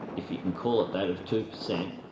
if you can call it that, of two percent,